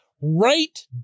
right